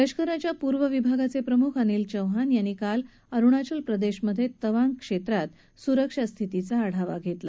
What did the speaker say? लष्कराच्या पूर्व विभागाचे प्रमुख अनिल चौहान यांनी काल अरुणाचल प्रदेश मध्ये तवांग क्षेत्रात सुरक्षा स्थितीचा आढावा घेतला